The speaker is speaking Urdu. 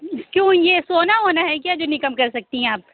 کیوں یہ سونا وونا ہے کیا جو نہیں کم کر سکتی ہیں آپ